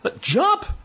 Jump